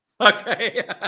Okay